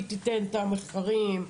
היא תיתן את המחקרים.